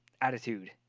attitude